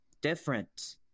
different